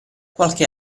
qualche